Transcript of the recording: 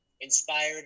inspired